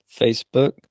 Facebook